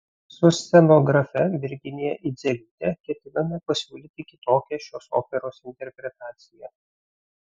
su scenografe virginija idzelyte ketiname pasiūlyti kitokią šios operos interpretaciją